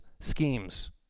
schemes